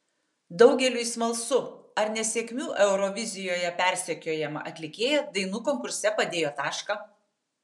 daugeliui smalsu ar nesėkmių eurovizijoje persekiojama atlikėja dainų konkurse padėjo tašką